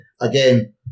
Again